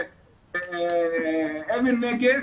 אבן נגף